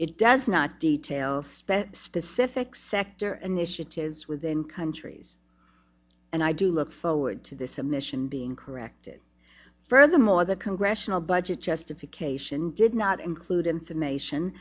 it does not detail spent specific sector an issue it is within countries and i do look forward to this submission being corrected furthermore the congressional budget justification did not include information